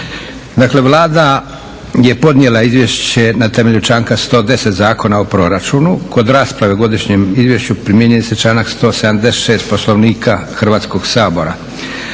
Vlada je podnijela izvješće na temelju članka 110. Zakona o proračunu. Kod rasprave o godišnjem izvješću primjenjuje se članak 176. Poslovnika Hrvatskog sabora.